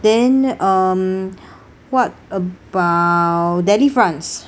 then um what about delifrance